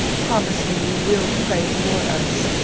promise me you will pray for us.